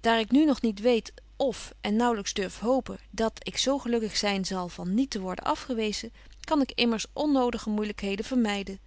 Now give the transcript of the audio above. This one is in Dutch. daar ik nu nog niet weet of en naauwlyks durf hopen dat ik zo gelukkig zyn zal van niet te worden afgewezen kan ik immers onnodige moeilykheden vermyden